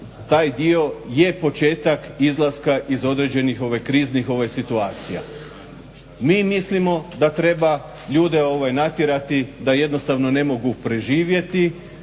taj dio je početak izlaska iz određenih kriznih situacija. Mi mislimo da treba ljude natjerati da jednostavno ne mogu preživjeti,